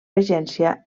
regència